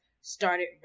started